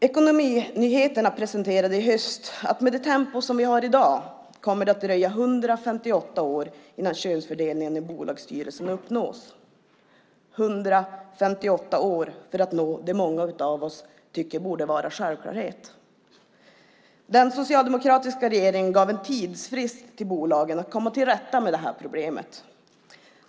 Ekonominyheterna presenterade i höstas att det med det tempo som vi har i dag kommer att dröja 158 år innan könsfördelningen i bolagsstyrelser uppnås - 158 år för att uppnå det många av oss tycker borde vara en självklarhet. Den socialdemokratiska regeringen gav en tidsfrist till bolagen för att komma till rätta med det här problemet.